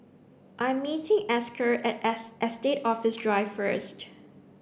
I meeting Esker at Estate Office Drive first